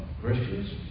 Christians